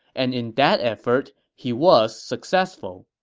and in that effort, he was successful.